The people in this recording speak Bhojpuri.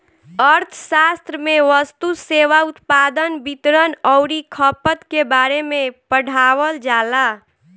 अर्थशास्त्र में वस्तु, सेवा, उत्पादन, वितरण अउरी खपत के बारे में पढ़ावल जाला